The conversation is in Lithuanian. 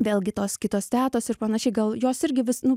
vėlgi tos kitos tetos ir panašiai gal jos irgi vis nu